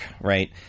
right